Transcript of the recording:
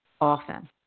often